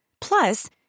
Plus